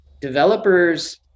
developers